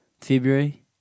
February